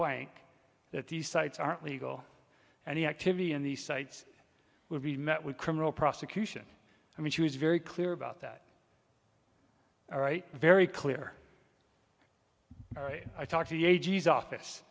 blank that these sites aren't legal and the activity in these sites would be met with criminal prosecution i mean she was very clear about that all right very clear all right i talked to the a g s office